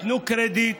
תנו קרדיט.